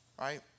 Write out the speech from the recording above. right